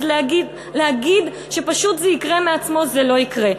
אז להגיד שפשוט זה יקרה מעצמו, זה לא יקרה.